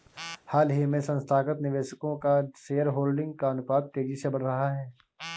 हाल ही में संस्थागत निवेशकों का शेयरहोल्डिंग का अनुपात तेज़ी से बढ़ रहा है